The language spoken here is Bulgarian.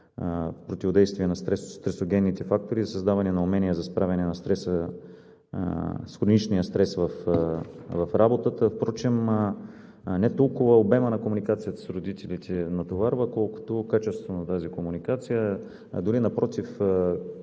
за противодействие на стресогенните фактори и създаване на умения за справяне с хроничния стрес в работата. Впрочем не толкова обемът на комуникацията с родителите натоварва, колкото качеството на тази комуникация. Дори напротив,